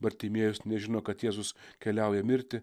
bartimiejus nežino kad jėzus keliauja mirti